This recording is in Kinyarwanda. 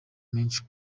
menshi